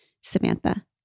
Samantha